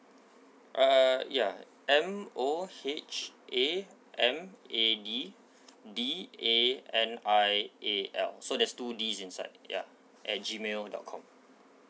uh ya M O H A M A D D A N I A L so there's two D's inside ya at G mail dot com